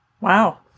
Wow